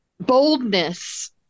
Boldness